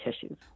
tissues